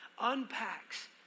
unpacks